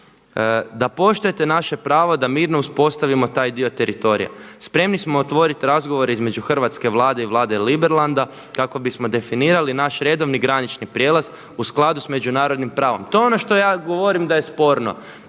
da poštujete naše pravo da mirno uspostavio taj dio teritorija. Spremni smo otvoriti razgovore između hrvatske Vlade i Vlade Liberlanda kako bismo definirali naš redovni granični prijelaz u skladu s međunarodnim pravom.“ To je ono što ja govorim da je sporno.